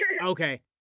Okay